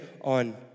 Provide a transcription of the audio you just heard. on